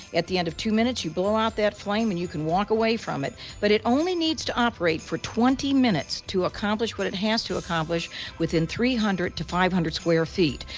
at the end of two minutes you blow out that flame and you can walk away from it, but it only needs to operate for twenty minutes to accomplish what it has to within three hundred to five hundred square feet.